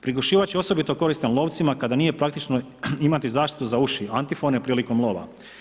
Prigušivač je osobito koristan lovcima kada nije praktično imati zaštitu za uši, antifone prilikom lova.